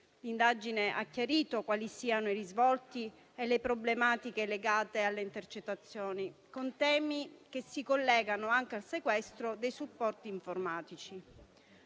L'indagine ha chiarito quali siano i risvolti e le problematiche legate alle intercettazioni, con temi che si collegano anche al sequestro dei supporti informatici.